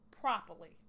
properly